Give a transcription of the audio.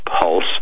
pulse